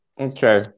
Okay